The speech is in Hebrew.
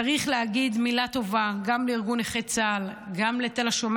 צריך להגיד מילה טובה גם לארגון נכי צה"ל וגם לתל השומר